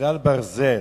ככלל ברזל,